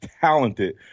talented